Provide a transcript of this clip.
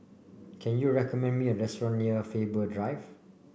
can you recommend me a restaurant near Faber Drive